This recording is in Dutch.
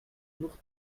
nog